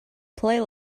play